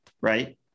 right